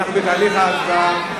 אנחנו בתהליך ההצבעה.